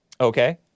Okay